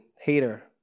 hater